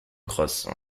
cross